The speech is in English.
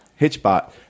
Hitchbot